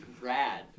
rad